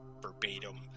verbatim